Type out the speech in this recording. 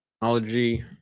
technology